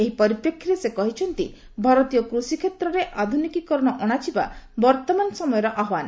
ଏହି ପରିପ୍ରେକ୍ଷୀରେ ସେ କହିଛନ୍ତି ଭାରତୀୟ କୃଷି କ୍ଷେତ୍ରରେ ଆଧୁନିକୀକରଣ ଅଣାଯିବା ବର୍ତ୍ତମାନ ସମୟର ଆହ୍ୱାନ